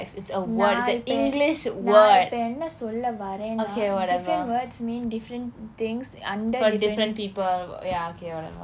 நான் இப்ப நான் இப்ப என்ன சொல்ல வரேன்னா:naan ippa naan ippa enna solla varennaa different words mean different things under different